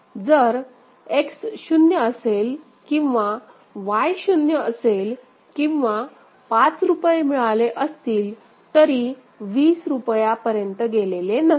जर X शून्य असेल किंवा Y शून्य असेल किंवा पाच रुपये मिळाले असतील तरी वीस रुपयापर्यंत गेलेले नसेल